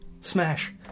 smash